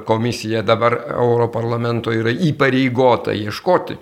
komisija dabar europarlamento yra įpareigota ieškoti